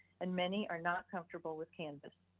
and many are not comfortable with canvas.